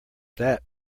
that